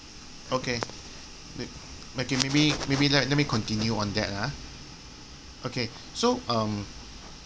okay maybe maybe let let me continue on that ah okay so um